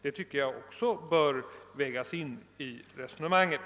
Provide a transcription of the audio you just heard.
Detta bör även vägas in i resonemanget.